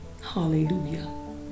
Hallelujah